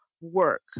work